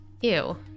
Ew